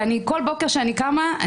וכל בוקר שאני קמה,